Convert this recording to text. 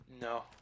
No